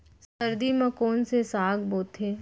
सर्दी मा कोन से साग बोथे?